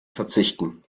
verzichten